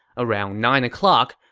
around nine o'clock,